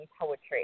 poetry